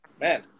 Man